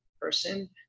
person